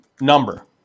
number